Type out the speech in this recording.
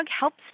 helps